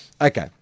Okay